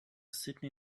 sydney